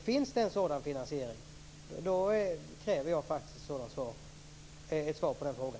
Finns det en sådan finansiering så kräver jag faktiskt ett svar på frågan.